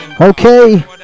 Okay